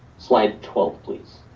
slide twelve, please.